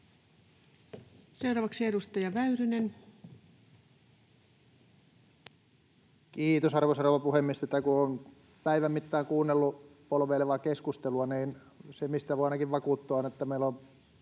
Time: 20:51 Content: Kiitos, arvoisa rouva puhemies! Kun on päivän mittaan kuunnellut tätä polveilevaa keskustelua, niin se, mistä voi ainakin vakuuttua, on, että meillä on